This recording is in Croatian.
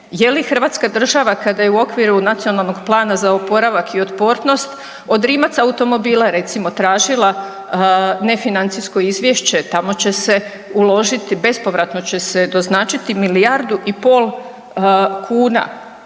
je li Hrvatska država kada je u okviru Nacionalnog plana za oporavak i otpornost od Rimac automobila recimo tražila ne financijsko izvješće? Tamo že se uložiti, bespovratno će se doznačiti milijardu i pol kuna.